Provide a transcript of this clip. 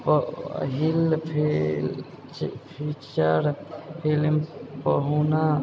पहिल feature film पहुना